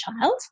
child